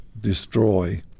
destroy